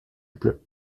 pleut